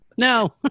No